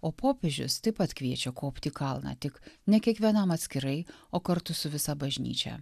o popiežius taip pat kviečia kopti į kalną tik ne kiekvienam atskirai o kartu su visa bažnyčia